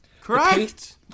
Correct